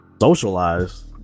Socialize